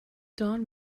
don